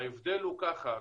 ההבדל הוא ככה,